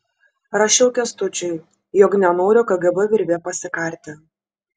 rašiau kęstučiui jog nenoriu kgb virve pasikarti